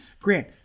Grant